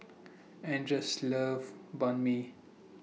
Anders loves Banh MI